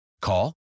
Call